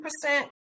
percent